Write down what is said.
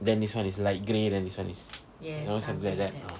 then this [one] is light grey then this [one] is you know something like that ah